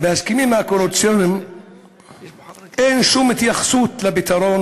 בהסכמים הקואליציוניים אין שום התייחסות לפתרון